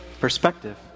Perspective